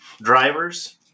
Drivers